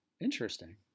Interesting